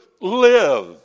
live